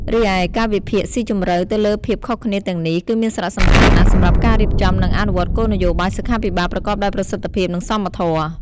រីឯ ការវិភាគស៊ីជម្រៅទៅលើភាពខុសគ្នាទាំងនេះ គឺមានសារៈសំខាន់ណាស់សម្រាប់ការរៀបចំ និងអនុវត្តគោលនយោបាយសុខាភិបាលប្រកបដោយប្រសិទ្ធភាព និងសមធម៌។